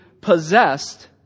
possessed